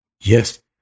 Yes